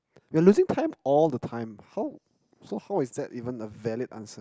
you're losing time all the time how so how is that even a valid answer